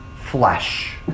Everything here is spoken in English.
flesh